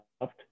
left